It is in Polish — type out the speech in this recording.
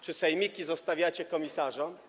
Czy sejmiki zostawiacie komisarzom?